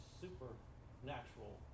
supernatural